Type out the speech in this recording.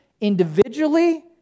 individually